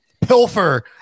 pilfer